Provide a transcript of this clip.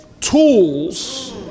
tools